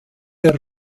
der